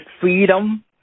freedom